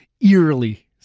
eerily